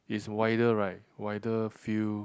it's wider right wider field